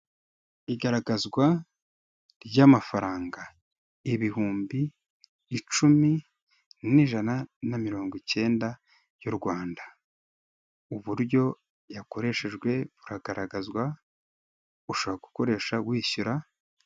Igaragazwa ry'amafaranga, ibihumbi icumi n'ijana na mirongo icyenda y'u Rwanda uburyo yakoreshejwe buragaragazwa, ushobora gukoresha wishyura.